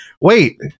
Wait